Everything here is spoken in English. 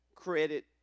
credit